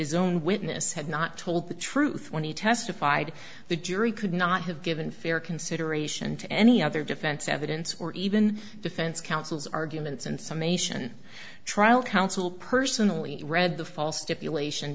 his own witness had not told the truth when he testified the jury could not have given fair consideration to any other defense evidence or even defense counsel's arguments and some asian trial counsel personally read the false stipulation